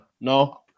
No